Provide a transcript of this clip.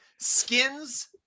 skins